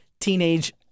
teenage